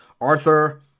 Arthur